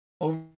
over